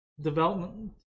development